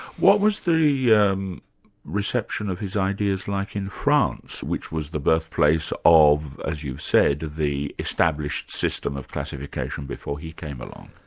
what was the yeah um reception of his ideas like in france, which was the birthplace of, as you've said, the established system of classification before he came along?